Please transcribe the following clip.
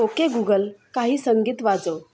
okay Google काही संगीत वाजव